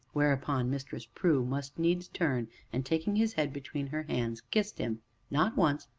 whereupon mistress prue must needs turn, and taking his head between her hands, kissed him not once,